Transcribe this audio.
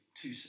two